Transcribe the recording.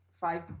five